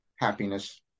Happiness